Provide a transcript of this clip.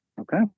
Okay